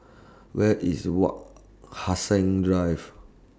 Where IS Wak Hassan Drive